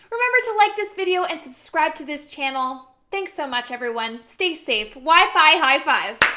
remember to like this video, and subscribe to this channel. thanks so much, everyone. stay safe. wi-fi high-five.